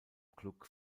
klub